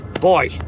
Boy